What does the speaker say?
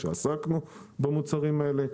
כשעסקנו במוצרים האלה.